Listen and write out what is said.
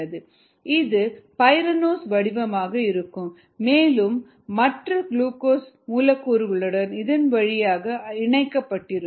இது பைரானோஸ் வடிவமாக இருக்கும் மேலும் மற்ற குளுக்கோஸ் மூலக்கூறுகளுடன் இதன் வழியாக இணைக்கப்பட்டிருக்கும்